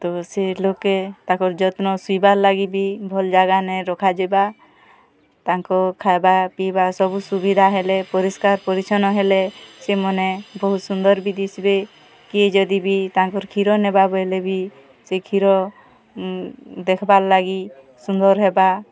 ତ ସେ ଲୋକ୍କେ ତାକର୍ ଯତ୍ନ ଶୁଇବାର୍ ଲାଗି ବି ଭଲ୍ ଜାଗାନେ ରଖାଯିବା ତାଙ୍କ ଖାଇବା ପିଇବା ସବୁ ସୁବିଧା ହେଲେ ପରିଷ୍କାର୍ ପରିଚ୍ଛନ୍ନ ହେଲେ ସେମାନେ ବହୁତ୍ ସୁନ୍ଦର୍ ବି ଦିଶ୍ବେ କିଏ ଯଦି ବି ତାଙ୍କର୍ କ୍ଷୀର ନେବା ବଏଲେ ବି ସେ କ୍ଷୀର ଦେଖ୍ବା ଲାଗି ସୁନ୍ଦର୍ ହେବା